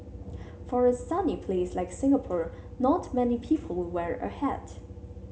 for a sunny place like Singapore not many people wear a hat